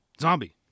Zombie